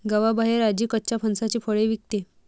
गावाबाहेर आजी कच्च्या फणसाची फळे विकते